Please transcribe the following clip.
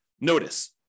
notice